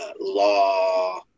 law